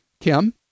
Kim